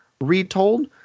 retold